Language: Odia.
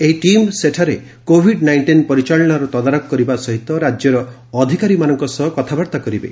ଏହି ଟିମ୍ ସେଠାରେ କୋଭିଡ୍ ନାଇଷ୍ଟିନ୍ ପରିଚାଳନାର ତଦାରଖ କରିବା ସହିତ ରାଜ୍ୟର ଅଧିକାରୀମାନଙ୍କ ସହ କଥାବାର୍ତ୍ତା କରିବେ